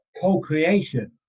co-creation